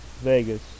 vegas